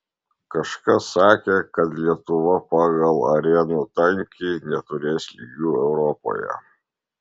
kažkas sakė kad lietuva pagal arenų tankį neturės lygių europoje